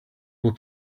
will